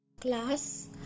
Class